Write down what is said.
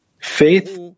Faith